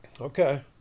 okay